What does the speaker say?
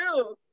true